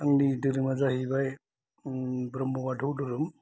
आंनि धोरोम आ जाहैबाय ब्रह्म बाथौ धोरोम